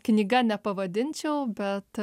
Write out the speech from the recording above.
knyga nepavadinčiau bet